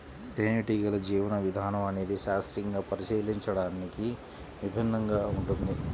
తేనెటీగల జీవన విధానం అనేది శాస్త్రీయంగా పరిశీలించడానికి విభిన్నంగా ఉంటుంది